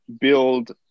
build